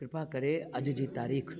कृपा करे अॼु जी तारीख़